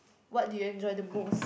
what do you enjoy the most